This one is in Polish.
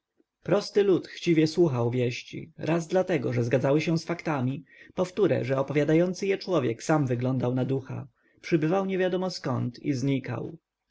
prosty lud chciwie słuchał wieści raz dlatego że zgadzały się z faktami powtóre że opowiadający je człowiek sam wyglądał na ducha przybywał niewiadomo skąd i znikał